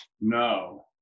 No